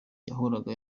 yahoraga